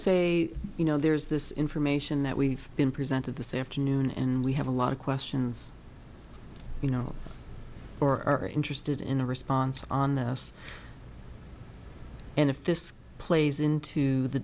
say you know there's this information that we've been presented the say afternoon and we have a lot of questions you know or are interested in a response on this and if this plays into the